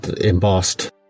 embossed